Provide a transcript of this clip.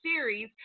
series